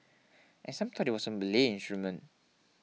and some thought it was a Malay instrument